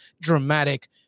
dramatic